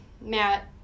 Matt